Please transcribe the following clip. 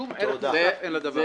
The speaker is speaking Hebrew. שום ערך מוסף אין לדבר הזה.